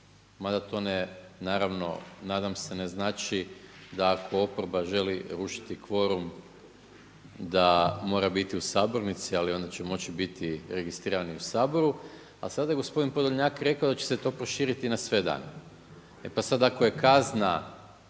mada to ne naravno nadam se ne znači da ako oporba želi rušiti kvorum da mora biti u sabornici, ali onda će moći biti registrirani u Saboru, a sada je gospodin Podolnjak rekao da će se to proširiti na sve dane. E pa sada ako je kazna